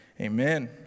Amen